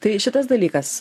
tai šitas dalykas